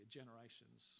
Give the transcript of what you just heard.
generations